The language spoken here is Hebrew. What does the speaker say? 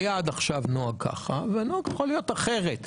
היה עד עכשיו נוהג ככה, והנוהג יכול להיות אחרת.